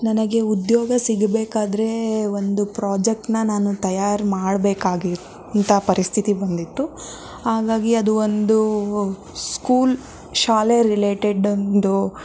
ನನಗೆ ಉದ್ಯೋಗ ಸಿಗಬೇಕಾದ್ರೆ ಒಂದು ಪ್ರಾಜೆಕ್ಟನ್ನು ನಾನು ತಯಾರು ಮಾಡಬೇಕಾಗಿ ಅಂಥ ಪರಿಸ್ಥಿತಿ ಬಂದಿತ್ತು ಹಾಗಾಗಿ ಅದು ಒಂದು ಸ್ಕೂಲ್ ಶಾಲೆ ರಿಲೇಟೆಡೊಂದು